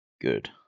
good